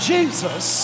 Jesus